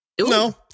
No